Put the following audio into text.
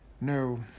No